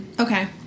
okay